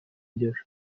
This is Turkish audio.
ediyor